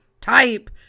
type